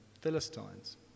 Philistines